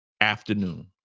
afternoon